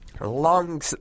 long